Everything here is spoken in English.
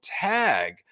tag